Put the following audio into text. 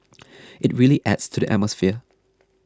it really adds to the atmosphere